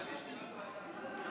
אבל יש לי רק בעיה אחת.